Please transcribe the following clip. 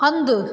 हंधु